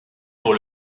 pour